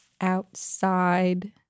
outside